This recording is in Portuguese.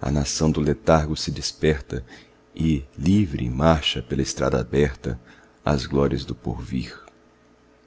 a nação do letargo se desperta e livre marcha pela estrada aberta às glórias do porvir